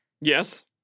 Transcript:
yes